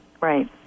Right